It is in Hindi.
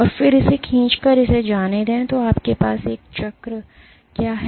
और फिर से इसे खींचकर इसे जाने दे तो आपके पास ये चक्र क्या हैं